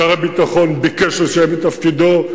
שר הביטחון ביקש להישאר בתפקידו,